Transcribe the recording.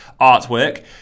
artwork